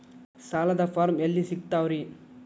ಸಾಲದ ಫಾರಂ ಎಲ್ಲಿ ಸಿಕ್ತಾವ್ರಿ?